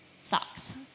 socks